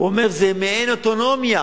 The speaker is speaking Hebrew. הוא אומר: זה מעין אוטונומיה,